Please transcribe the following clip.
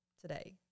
today